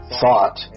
thought